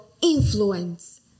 influence